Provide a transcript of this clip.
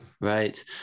Right